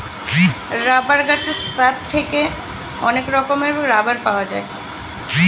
rubber গাছের sap থেকে অনেক রকমের রাবার পাওয়া যায়